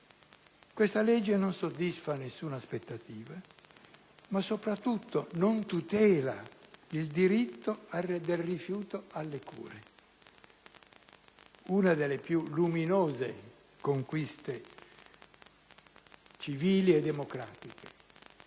questa legge non soddisfa nessuna aspettativa, ma soprattutto non tutela il diritto del rifiuto alle cure, una delle più luminose conquiste civili e democratiche